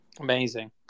Amazing